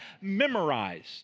memorized